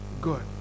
good